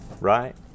right